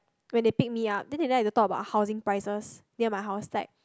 when they pick me up then they like to talk about housing prices near my house like